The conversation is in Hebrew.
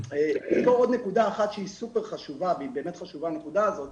נקודה חשובה נוספת,